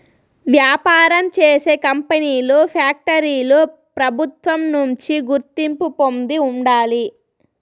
వ్యాపారం చేసే కంపెనీలు ఫ్యాక్టరీలు ప్రభుత్వం నుంచి గుర్తింపు పొంది ఉండాలి